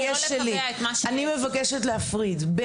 אני מבקשת להפריד,